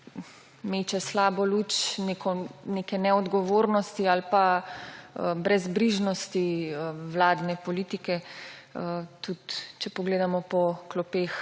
meče slabo luč neke neodgovornosti ali pa brezbrižnosti vladne politike. Tudi če pogledamo po klopeh